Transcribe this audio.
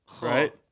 right